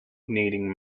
needing